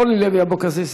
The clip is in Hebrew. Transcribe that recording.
אורלי לוי אבקסיס,